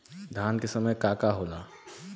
धान के समय का का होला?